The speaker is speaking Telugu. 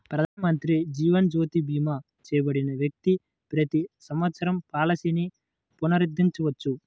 ప్రధానమంత్రి జీవన్ జ్యోతి భీమా చేయబడిన వ్యక్తి ప్రతి సంవత్సరం పాలసీని పునరుద్ధరించవచ్చు